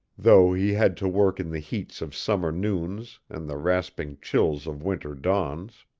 though he had to work in the heats of summer noons and the rasping chills of winter dawns